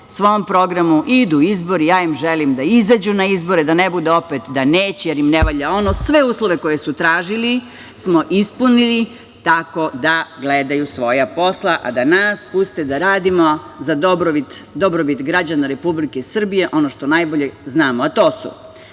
svom programu, idu izbori, ja im želim da izađu na izbore, da ne bude opet da neće, jer im ne valja ono. Sve uslove koje su tražili smo ispunili tako da gledaju svoja posla, a da nas puste da radimo za dobrobit građana Republike Srbije ono što najbolje znamo, a to su: